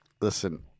listen